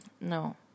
no